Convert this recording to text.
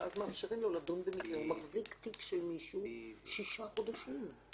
אני אקצר את זה לשלושה חודשים.